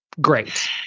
Great